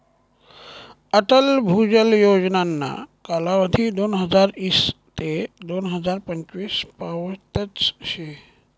अटल भुजल योजनाना कालावधी दोनहजार ईस ते दोन हजार पंचवीस पावतच शे